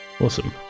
Awesome